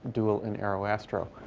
dual in aeroastro.